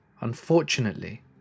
unfortunately